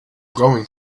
going